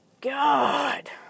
God